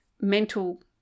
mental